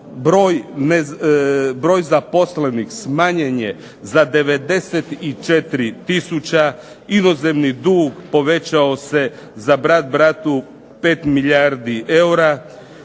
broj zaposlenih smanjen je za 94 tisuća, inozemni dug povećao se za brat bratu 5 milijardi eura,